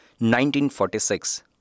1946